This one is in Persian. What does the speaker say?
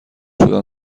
شدن